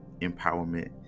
empowerment